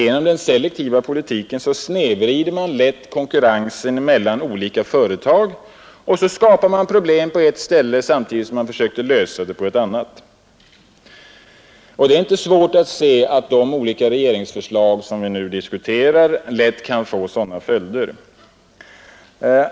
Genom den selektiva politiken snedvrider man lätt konkurrensen mellan olika företag och skapar då problem på ett håll, när man försöker lösa dem på ett annat. Det är inte heller svårt att se att vissa av de regeringsförslag som vi nu behandlar kan få sådana följder.